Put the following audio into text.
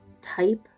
type